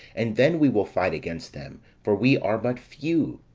and then we will fight against them for we are but few.